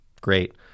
great